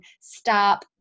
stop